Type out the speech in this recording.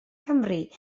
cymru